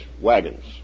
wagons